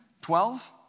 Twelve